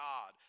God